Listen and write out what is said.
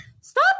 stop